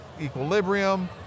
Equilibrium